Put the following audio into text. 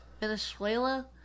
Venezuela